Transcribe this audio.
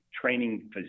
training